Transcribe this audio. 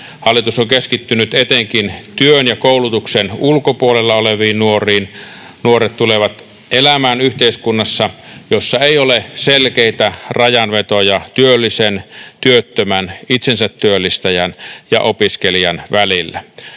Hallitus on keskittynyt etenkin työn ja koulutuksen ulkopuolella oleviin nuoriin. Nuoret tulevat elämään yhteiskunnassa, jossa ei ole selkeitä rajanvetoja työllisen, työttömän, itsensätyöllistäjän ja opiskelijan välillä.